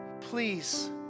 please